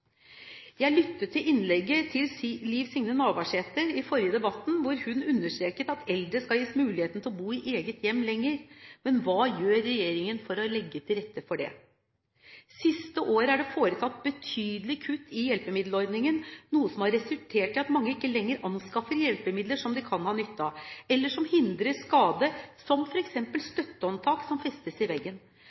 Jeg lyttet til innlegget til Liv Signe Navarsete i den forrige debatten, hvor hun understreket at eldre skal gis mulighet til å bo i eget hjem lenger. Men hva gjør regjeringen for å legge til rette for det? Siste året er det foretatt betydelige kutt i hjelpemiddelordningen, noe som har resultert i at mange ikke lenger anskaffer hjelpemidler som de kan ha nytte av, eller som hindrer skade, som f.eks. støttehåndtak som festes i veggen.